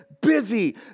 busy